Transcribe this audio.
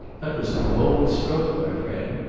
that was a bold stroke, my friend.